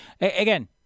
again